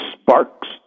sparks